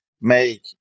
make